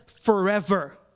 forever